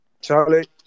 Charlie